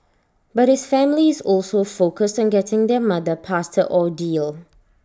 but his family is also focused on getting their mother past her ordeal